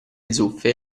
zuffe